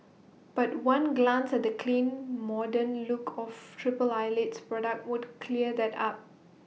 but one glance at the clean modern look of triple Eyelid's products would clear that up